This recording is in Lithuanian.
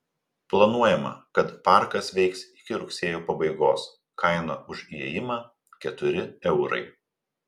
planuojama kad parkas veiks iki rugsėjo pabaigos kaina už įėjimą keturi eurai